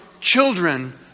children